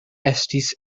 estis